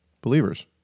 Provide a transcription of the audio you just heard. believers